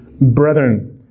Brethren